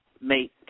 make